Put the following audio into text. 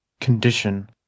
condition